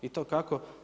I to kako?